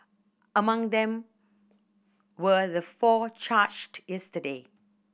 among them were the four charged yesterday